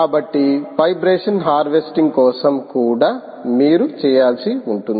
కాబట్టి vibration harvesting కోసం కూడా మీరు చేయాల్సి ఉంటుంది